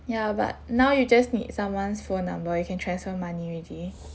ya but now you just need someone's phone number you can transfer money already